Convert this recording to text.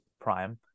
prime